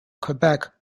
quebec